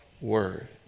word